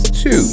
two